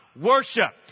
worship